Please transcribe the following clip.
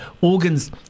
organs